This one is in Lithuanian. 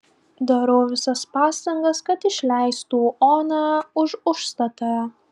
darau visas pastangas kad išleistų oną už užstatą